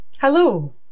Hello